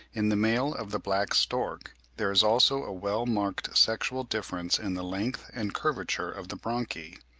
in the male of the black stork there is also a well-marked sexual difference in the length and curvature of the bronchi.